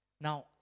Now